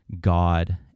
God